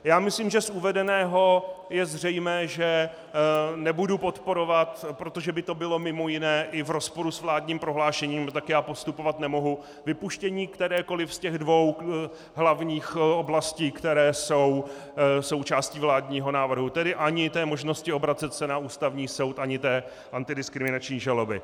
Já myslím, že z uvedeného je zřejmé, že nebudu podporovat, protože by to bylo mj. i v rozporu s vládním prohlášením a tak já postupovat nemohu, vypuštění kterékoliv ze dvou hlavních oblastí, které jsou součástí vládního návrhu, tedy ani možnosti obracet se na Ústavní soud ani antidiskriminační žaloby.